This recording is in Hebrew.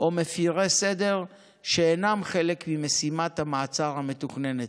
או במפירי סדר שאינם חלק ממשימת המעצר המתוכננת,